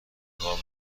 نقاب